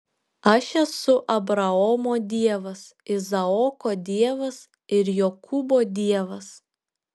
aš esu abraomo dievas izaoko dievas ir jokūbo dievas